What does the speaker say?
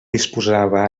disposava